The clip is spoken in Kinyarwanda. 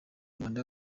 rwanda